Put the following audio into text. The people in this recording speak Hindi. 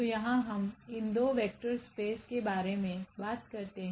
तो यहाँ हम इन दो वेक्टर स्पेस के बारे में बात करते हैं